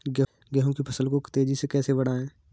गेहूँ की फसल को तेजी से कैसे बढ़ाऊँ?